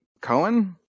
Cohen